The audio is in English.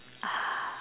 ah